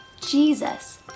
Jesus